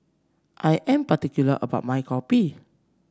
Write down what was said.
I am particular about my kopi